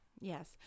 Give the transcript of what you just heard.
Yes